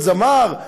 להיות זמר?